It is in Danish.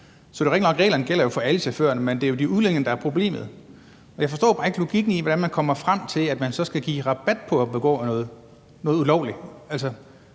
at reglerne gælder for alle chaufførerne, men det er jo de udenlandske, der er problemet. Jeg forstår bare ikke logikken i, hvordan man kommer frem til, at man så skal give rabat på at begå noget ulovligt.